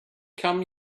come